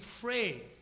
pray